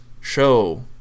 show